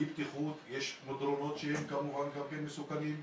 יש מדרונות שהם מסוכנים.